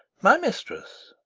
my mistress.